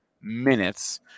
minutes